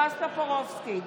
בועז טופורובסקי,